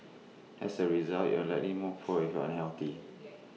as A result you are likely more poor if you are unhealthy